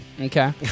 Okay